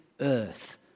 earth